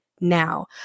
now